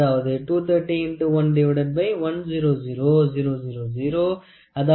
0023 மில்லிமீட்டராகும்